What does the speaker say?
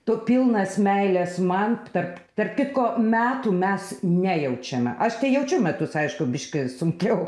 tu pilnas meilės man tarp tarp kitko metų mes nejaučiame aš tai jaučiu metus aišku biškį sunkiau